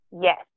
yes